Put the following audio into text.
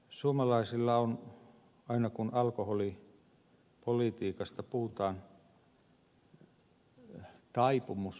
suomalaisilla on aina kun alkoholipolitiikasta puhutaan taipumus vähätellä ongelmia